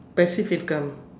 passive income